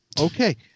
okay